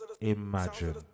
Imagine